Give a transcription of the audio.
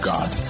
God